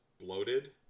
bloated